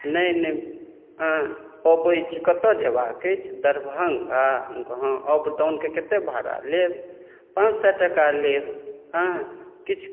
नहि नहि अबैत छी कतय जयबाक अछि दरभंगा हम कही हँ अप डाउनके कतेक भाड़ा लेब पाँच सए टका लेब हँ किछु